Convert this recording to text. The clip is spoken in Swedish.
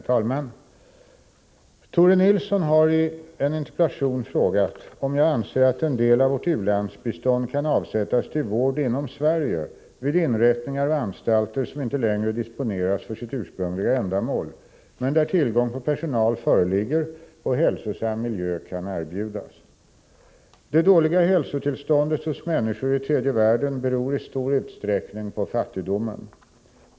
Herr talman! Tore Nilsson har i en interpellation frågat om jag anser atten = Om användning av del av vårt u-landsbistånd kan avsättas till vård inom Sverige vid inrättningar — utvec klingsbistånd och anstalter som inte längre disponeras för sitt ursprungliga ändamål men — till sjukvård Sveridär tillgång på personal föreligger och hälsosam miljö kan erbjudas. ge Det dåliga hälsotillståndet hos människor i tredje världen beror i stor utsträckning på fattigdomen.